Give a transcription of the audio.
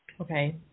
Okay